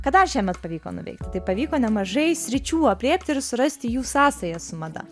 ką dar šiemet pavyko nuveikt tai pavyko nemažai sričių aprėpt ir surasti jų sąsają su mada